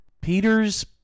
Peter's